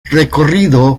recorrido